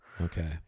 Okay